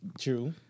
True